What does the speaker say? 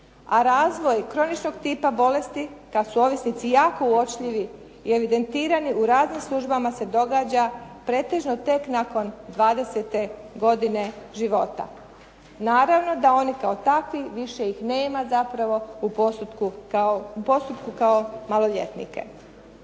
a razvoj kroničnog tipa bolesti kada su ovisnici jako uočljivi i evidentirani u raznim službama se događa pretežno tek nakon 20 godine života. Naravno da oni kao takvi više ih nema zapravo u postupku kao maloljetnike.